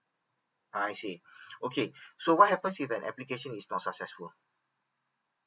I see okay so what happens if an application is not successful